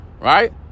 right